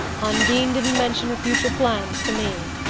undine didn't mention her future plans to me.